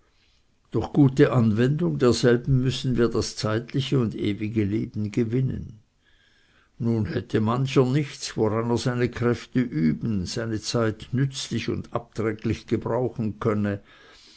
durch gute anwendung derselben müßten wir das zeitliche und ewige leben gewinnen nun hätte mancher nichts woran er seine kräfte üben seine zeit nützlich und abträglich gebrauchen könnte